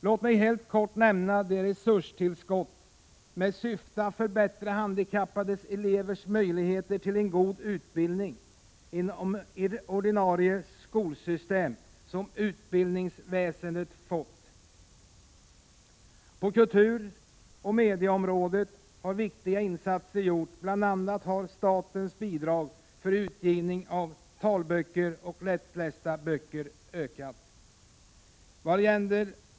Låt mig helt kort nämna det resurstillskott, med syfte att förbättra handikappade elevers möjligheter till en god utbildning inom ordinarie skolsystem, som utbildningsväsendet har fått. På kulturoch medieområdet har viktiga insatser gjorts. Bl. a. har statens bidrag för utgivning av talböcker och lättlästa böcker ökat.